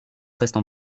restent